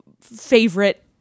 favorite